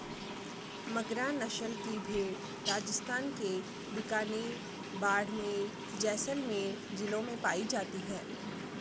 मगरा नस्ल की भेंड़ राजस्थान के बीकानेर, बाड़मेर, जैसलमेर जिलों में पाई जाती हैं